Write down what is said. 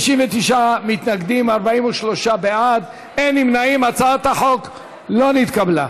התשע"ז 2017, לא נתקבלה.